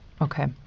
Okay